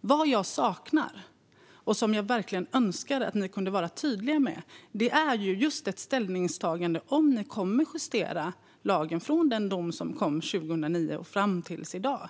Vad jag saknar - som jag verkligen önskar att ni kunde vara tydliga med - är just ett ställningstagande om huruvida ni kommer att justera lagen från den dom som kom 2009 och fram till i dag.